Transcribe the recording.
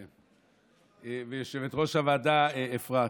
התחלת הערב, כן, ויושבת-ראש הוועדה, אפרת,